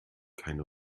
keine